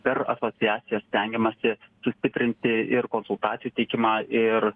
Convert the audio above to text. per asociacijas stengiamasi sustiprinti ir konsultacijų teikimą ir